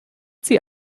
sie